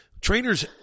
trainers